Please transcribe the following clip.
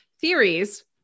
theories